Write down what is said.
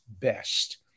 best